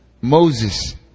Moses